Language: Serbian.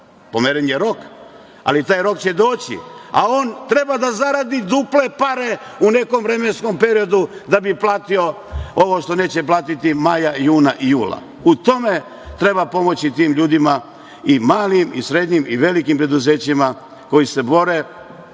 Pomeren je rok, ali taj rok će doći, a on treba da zaradi duple pare u nekom vremenskom periodu da bi platio ovo što neće platiti maja, juna i jula. U tome treba pomoći tim ljudima, malim, srednjim i velikim preduzećima koji se bore. Treba